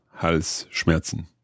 halsschmerzen